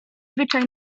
zwyczaj